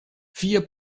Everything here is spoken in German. vier